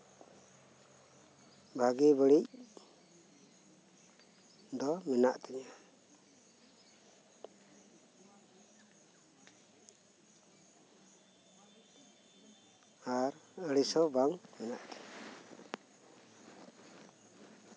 ᱵᱷᱟᱜᱮ ᱵᱟᱹᱲᱤᱡ